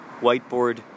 whiteboard